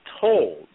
told